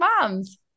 Moms